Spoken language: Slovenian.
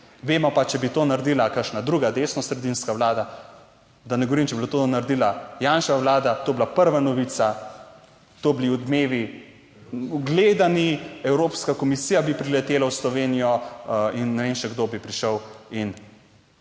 Vemo pa, če bi to naredila kakšna druga desnosredinska vlada, da ne govorim, če bi to naredila Janševa vlada, to je bila prva novica. To so bili Odmevi gledani, Evropska komisija bi priletela v Slovenijo in ne vem še kdo bi prišel, in